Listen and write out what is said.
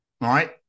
right